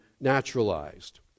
naturalized